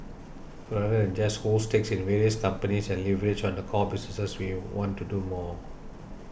other than and just hold stakes in various companies and leverage on the core businesses we want to do more